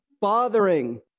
bothering